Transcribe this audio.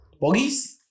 Bogies